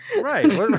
right